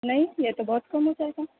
نہیں یہ تو بہت کم ہو جائے گا